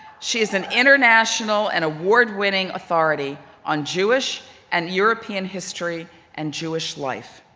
she is an international and award winning authority on jewish and european history and jewish life.